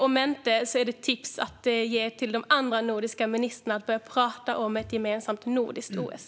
Om inte är det ett tips att ge till de andra nordiska ministrarna, att börja prata om ett gemensamt nordiskt OS.